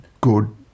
good